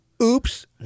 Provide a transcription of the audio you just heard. Oops